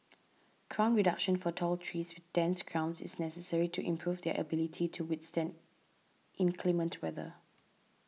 crown reduction for tall trees with dense crowns is necessary to improve their ability to withstand inclement weather